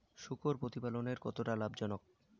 শূকর প্রতিপালনের কতটা লাভজনক?